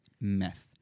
Meth